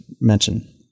mention